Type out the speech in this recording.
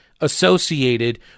associated